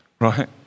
right